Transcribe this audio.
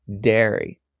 dairy